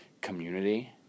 community